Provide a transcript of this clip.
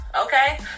okay